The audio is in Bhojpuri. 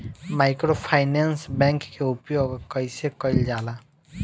माइक्रोफाइनेंस बैंक के उपयोग कइसे कइल जाला?